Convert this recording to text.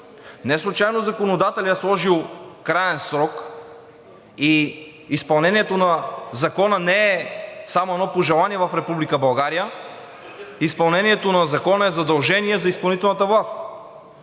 Неслучайно законодателят е сложил краен срок и изпълнението на закона не е само едно пожелание в Република България, а изпълнението на закона е задължение за изпълнителната власт.